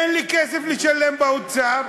אין לי כסף לשלם באוצר,